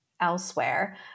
elsewhere